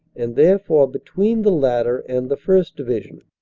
and therefore between the latter and the first. division.